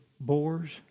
boars